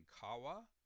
kawa